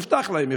שהובטח להם,